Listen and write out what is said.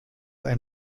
ein